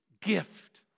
gift